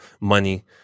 money